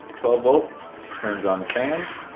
twelve volt turns on the fans.